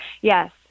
Yes